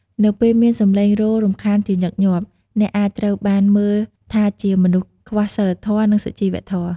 នៅពេលមានសំឡេងរោទ៍រំខានជាញឹកញាប់ អ្នកអាចត្រូវបានមើលថាជាមនុស្សខ្វះសីលធម៌ និងសុជីវធម៌។